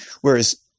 whereas